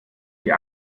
die